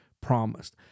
promised